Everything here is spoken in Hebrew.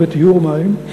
בטיהור מים,